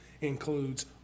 includes